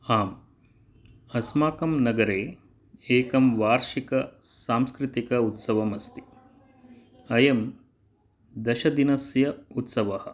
आम् अस्माकं नगरे एकं वार्षिक सांस्कृतिक उत्सवम् अस्ति अयं दशदिनस्य उत्सवः